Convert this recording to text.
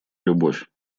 любовь